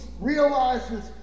realizes